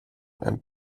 and